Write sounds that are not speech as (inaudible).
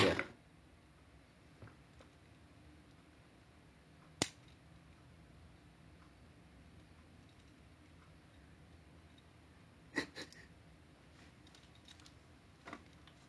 (noise)